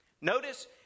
Notice